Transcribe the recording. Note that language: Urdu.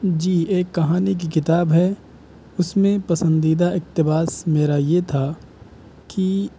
جی ایک کہانی کی کتاب ہے اس میں پسندیدہ اقتباس میرا یہ تھا کہ